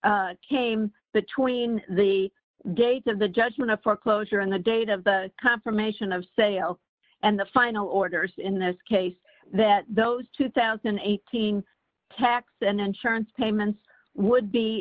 the came between the dates of the judgment of foreclosure and the date of the confirmation of sale and the final orders in this case that those two thousand and eighteen tax and insurance payments would be